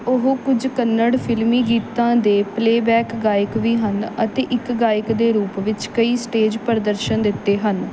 ਉਹ ਕੁਝ ਕੰਨੜ ਫਿਲਮੀ ਗੀਤਾਂ ਦੇ ਪਲੇਅਬੈਕ ਗਾਇਕ ਵੀ ਹਨ ਅਤੇ ਇੱਕ ਗਾਇਕ ਦੇ ਰੂਪ ਵਿੱਚ ਕਈ ਸਟੇਜ ਪ੍ਰਦਰਸ਼ਨ ਦਿੱਤੇ ਹਨ